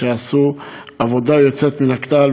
שעשו עבודה יוצאת מן הכלל,